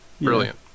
Brilliant